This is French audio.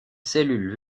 cellules